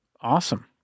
Awesome